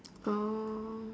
oh